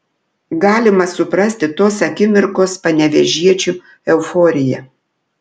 galima suprasti tos akimirkos panevėžiečių euforiją